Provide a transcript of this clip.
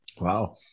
Wow